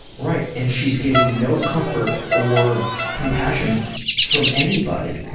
right, and she's getting no comfort or compassion from anybody.